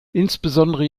insbesondere